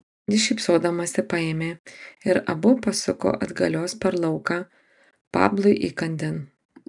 ji šypsodamasi paėmė ir abu pasuko atgalios per lauką pablui įkandin